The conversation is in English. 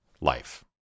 life